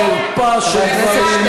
חרפה של דברים.